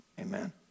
amen